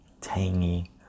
tangy